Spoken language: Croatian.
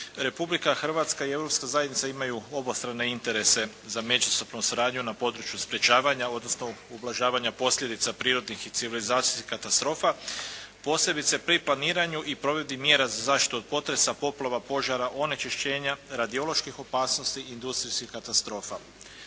Republika Hrvatska i Europska zajednica imaju obostrane interese za međusobnu suradnju na području sprječavanja, odnosno ublažavanja posljedica prirodnih i civilizacijskih katastrofa, posebice pri planiranju i provedbi mjera za zaštitu od potresa, poplava, požara, o onečišćenja, radioloških opasnosti, industrijskih katastrofa.